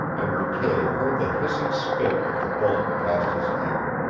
and mckay heard the hissing spit of the bullet past his ear.